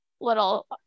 little